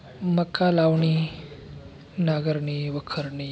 मका लावणी नांगरणी वखरणी